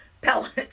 pellets